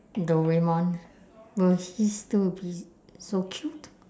doraemon will he still be so cute